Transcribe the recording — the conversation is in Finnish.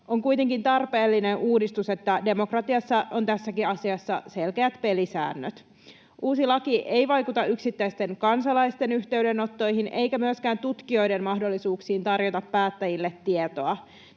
On kuitenkin tarpeellinen uudistus, että demokratiassa on tässäkin asiassa selkeät pelisäännöt. Uusi laki ei vaikuta yksittäisten kansalaisten yhteydenottoihin eikä myöskään tutkijoiden mahdollisuuksiin tarjota päättäjille tietoa.